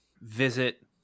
visit